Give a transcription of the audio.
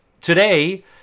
today